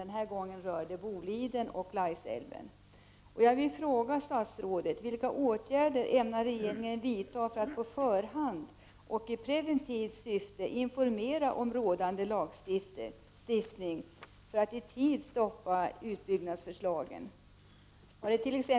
Den här gången rör det Boliden och Laisälven.